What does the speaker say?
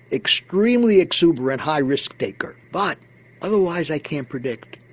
extremely exuberant high risk taker. but otherwise i can't predict.